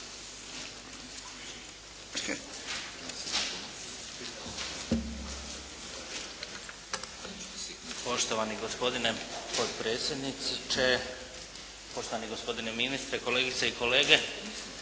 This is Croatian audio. Poštovani gospodine potpredsjedniče, poštovani gospodine ministre, kolegice i kolege.